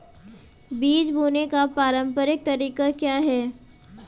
बीज बोने का पारंपरिक तरीका क्या है?